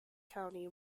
county